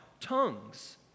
tongues